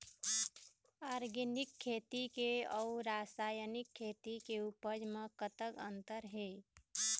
Organic खेती के अउ रासायनिक खेती के उपज म कतक अंतर हे?